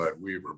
weaver